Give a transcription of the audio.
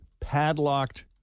padlocked